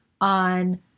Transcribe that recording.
on